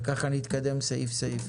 וכך נתקדם סעיף-סעיף.